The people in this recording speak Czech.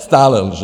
Stále lže.